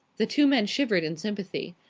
the two men shivered in sympathy.